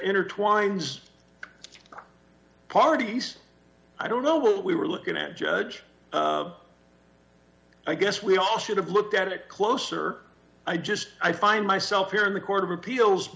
intertwines parties i don't know what we were looking at judge i guess we all should have looked at it closer i just i find myself here in the court of appeals